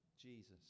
Jesus